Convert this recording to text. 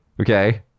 okay